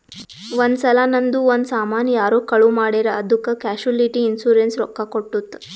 ಒಂದ್ ಸಲಾ ನಂದು ಒಂದ್ ಸಾಮಾನ್ ಯಾರೋ ಕಳು ಮಾಡಿರ್ ಅದ್ದುಕ್ ಕ್ಯಾಶುಲಿಟಿ ಇನ್ಸೂರೆನ್ಸ್ ರೊಕ್ಕಾ ಕೊಟ್ಟುತ್